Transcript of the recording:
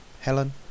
Helen